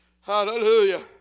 Hallelujah